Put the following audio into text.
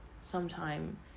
sometime